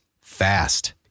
fast